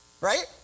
Right